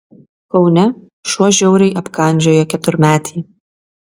kaune šuo žiauriai apkandžiojo keturmetį